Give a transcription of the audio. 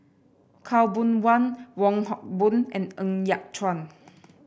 Khaw Boon Wan Wong Hock Boon and Ng Yat Chuan